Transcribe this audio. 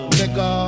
nigga